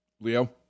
Leo